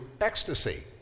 ecstasy